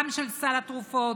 גם של סל התרופות,